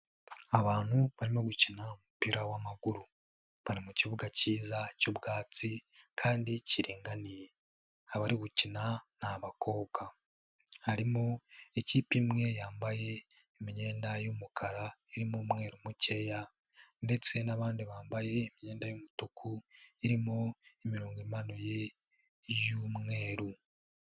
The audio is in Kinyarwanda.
Abantu barimo gukina umupira w'maguru bari mu kibuga cyiza cy'ubwatsi kandi kiringaniye abari gukina ni abakobwa, harimo ikipe imwe yambaye imyenda y'umukara irimo umweru mukeya ndetse n'abandi bambaye imyenda y'umutuku irimo imirongo imanuye y'umweru.